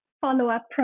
follow-up